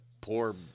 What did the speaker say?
poor